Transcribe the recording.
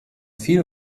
viel